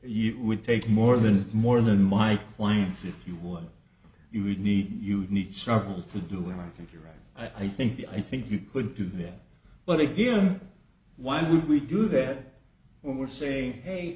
you would take more than more than my clients if you were you would need you need chuckles to do when i think you're right i think the i think you could do that but again why would we do that when we're saying hey